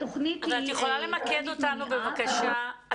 את יכולה למקד אותנו בבקשה,